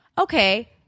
okay